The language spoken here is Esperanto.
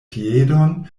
piedon